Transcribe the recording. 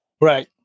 Right